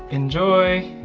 enjoy!